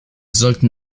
sollten